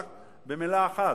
רק במלה אחת: